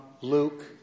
Luke